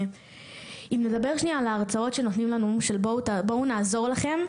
אם נדבר על ההרצאות שנותנים לנו של בואו נעזור לכם,